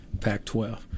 Pac-12